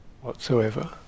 Whatsoever